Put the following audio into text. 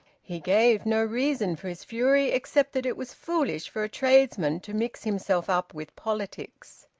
he gave no reason for his fury, except that it was foolish for a tradesman to mix himself up with politics.